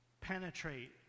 penetrate